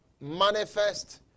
manifest